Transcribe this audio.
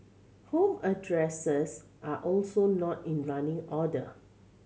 home addresses are also not in running order